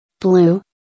Blue